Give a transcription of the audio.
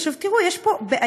עכשיו תראו, יש פה בעיה.